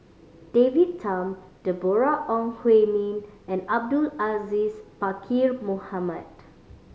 David Tham Deborah Ong Hui Min and Abdul Aziz Pakkeer Mohamed